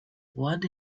what